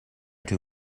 two